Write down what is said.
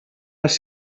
les